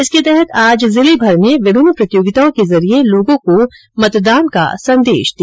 इसके तहत आज जिलेभर में विभिन्न प्रतियोगिताओं के जरिये लोगों को मतदान का संदेश दिया